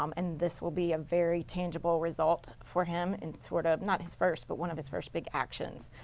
um and this will be a very tangible result for him and sort of not his first but one of his first big actions.